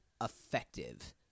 effective